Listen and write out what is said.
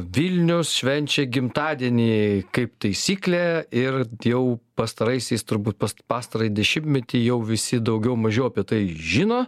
vilnius švenčia gimtadienį kaip taisyklė ir jau pastaraisiais turbūt pas pastarąjį dešimtmetį jau visi daugiau mažiau apie tai žino